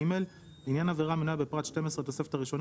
(ג) לעניין עבירה המנויה בפרט 12 לתוספת הראשונה